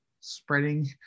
spreading